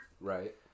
Right